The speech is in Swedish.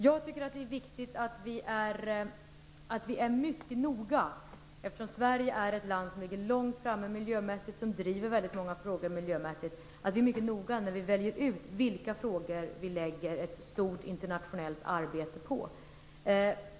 Jag tycker att det är viktigt att vi är mycket noga, eftersom Sverige är ett land som ligger långt framme miljömässigt och som driver många miljömässiga frågor, när vi väljer ut vilka frågor vi skall lägga stort arbete på internationellt.